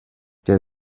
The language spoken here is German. der